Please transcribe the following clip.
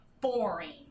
boring